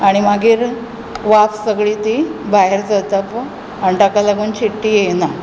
आनी मागीर वाफ सगळी ती भायर सरता पूण आनी ताका लागून शिट्टी येयना